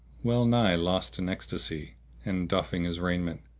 well nigh lost in ecstasy and, doffing his raiment,